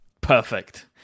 Perfect